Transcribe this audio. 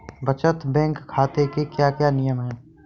बचत बैंक खाते के क्या क्या नियम हैं?